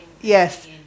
Yes